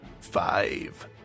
Five